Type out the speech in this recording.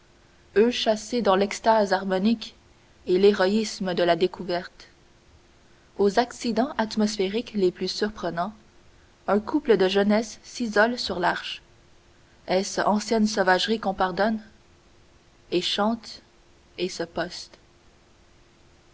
eux chassés dans l'extase harmonique et l'héroïsme de la découverte aux accidents atmosphériques les plus surprenants un couple de jeunesse s'isole sur l'arche est-ce ancienne sauvagerie qu'on pardonne et chante et se poste